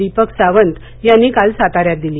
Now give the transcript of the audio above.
दीपक सावंत यांनी काल साताऱ्यात दिली